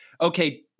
okay